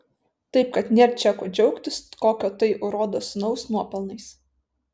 taip kad nėr čia ko džiaugtis kokio tai urodo sūnaus nuopelnais